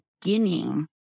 beginning